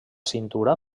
cintura